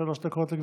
שלוש דקות לגברתי.